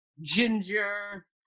Ginger